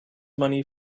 money